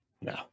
No